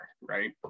right